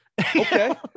Okay